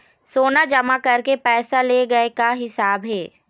सोना जमा करके पैसा ले गए का हिसाब हे?